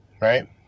Right